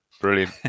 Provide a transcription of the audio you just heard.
Brilliant